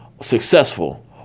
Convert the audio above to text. successful